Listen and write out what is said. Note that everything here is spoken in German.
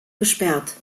gesperrt